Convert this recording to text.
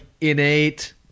innate